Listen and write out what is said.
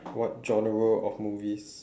what genre of movies